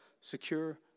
secure